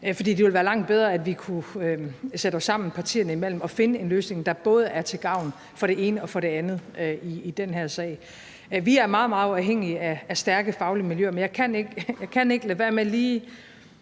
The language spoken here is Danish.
For det ville være langt bedre, at vi kunne sætte os sammen partierne imellem og finde en løsning, der både er til gavn for det ene og det andet i den her sag. Vi er meget, meget afhængige af stærke faglige miljøer, men jeg kan ikke lade være med lige